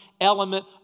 element